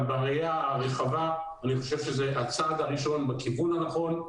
אבל בראייה הרחבה אני חושב שזה הצעד הראשון בכיוון הנכון.